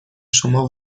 شما